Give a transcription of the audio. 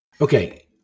Okay